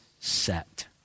set